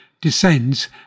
descends